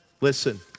Listen